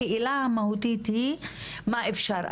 השאלה המהותית היא מה אפשר.